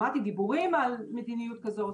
שמעתי דיבורים על מדיניות כזאת,